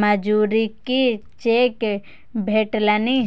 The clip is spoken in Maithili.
मजूरीक चेक भेटलनि